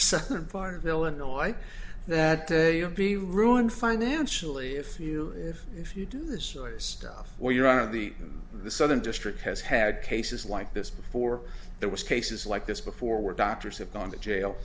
southern part of illinois that you be ruined financially if you if you do this stuff or you're out of the the southern district has had cases like this before there was cases like this before where doctors have gone to jail